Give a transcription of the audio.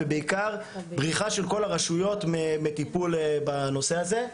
ובעיקר בריחה של כל הרשויות מטיפול בנושא הזה.